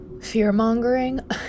fear-mongering